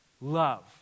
Love